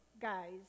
guys